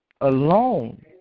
alone